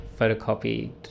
photocopied